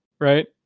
right